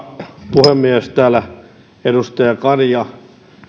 puhemies täällä edustaja kari ja